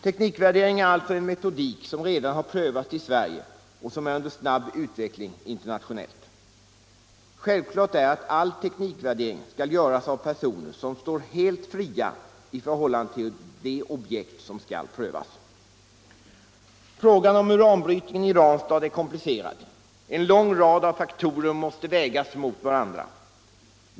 Teknikvärdering är alltså en metodik som redan har prövats i Sverige och som är under snabb utveckling internationellt. Självklart är att all teknikvärdering skall göras av personer som står helt fria i förhållande till det objekt som skall prövas. Frågan om uranbrytningen i Ranstad är komplicerad. En lång rad av faktorer måste vägas mot varandra.